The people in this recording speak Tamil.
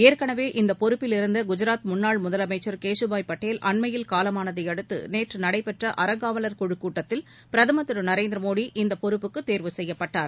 ஏற்கனவே இப்பொறுப்பிலிருந்த குஜராத் முன்னாள் முதலமைச்சர் கேசுபாய் பட்டேல் அண்மையில் காலமானதையடுத்து நேற்று நடைபெற்ற அறங்காவள் குழுக் கூட்டத்தில் பிரதமா் திரு நரேந்திர மோடி இப்பொறுப்புக்கு தேர்வு செய்யப்பட்டார்